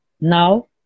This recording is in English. now